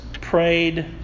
prayed